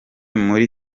muri